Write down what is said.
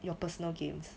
your personal gains